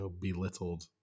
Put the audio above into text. belittled